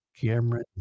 Cameron